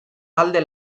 alde